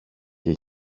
και